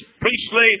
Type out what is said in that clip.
priestly